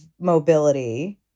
mobility